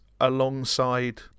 alongside